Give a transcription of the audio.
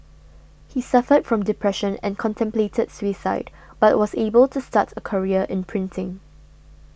he suffered from depression and contemplated suicide but was able to start a career in printing